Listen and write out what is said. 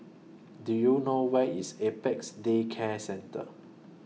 Do YOU know Where IS Apex Day Care Centre